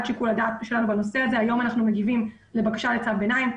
שיקול הדעת שלנו בנושא הזה והיום אנחנו מגיבים לבקשה לצו ביניים,